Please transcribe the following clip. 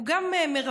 הוא גם מרמה,